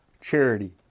charity